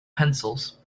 pencils